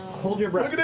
hold your breath.